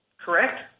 correct